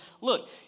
look